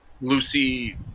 Lucy